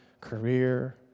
career